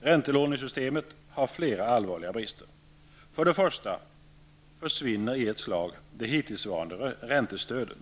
Räntelånesystemet har flera allvarliga brister. För det första försvinner i ett slag de hittillsvarande räntestöden.